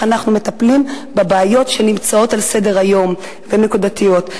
אנחנו מטפלים בבעיות שנמצאות על סדר-היום והן נקודתיות.